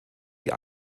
die